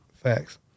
Facts